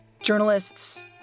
journalists